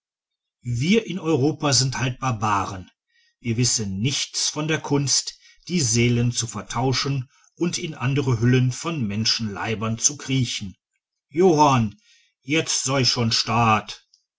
wir in europa sind halt barbaren wir wissen nichts von der kunst die seelen zu vertauschen und in andere hüllen von menschenleibern zu kriechen johann jetzt sei schon stad